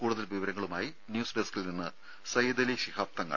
കൂടുതൽ വിവരങ്ങളുമായി ന്യൂസ് ഡസ്കിൽ നിന്ന് സയ്യിദ് അലി ശിഹാബ് തങ്ങൾ